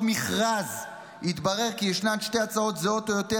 מכרז יתברר כי ישנן שתי הצעות זהות או יותר,